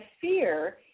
fear